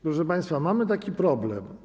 Proszę państwa, mamy taki problem.